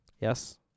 Yes